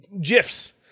gifs